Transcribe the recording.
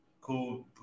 cool